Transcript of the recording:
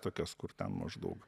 tokias kur ten maždaug